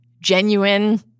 genuine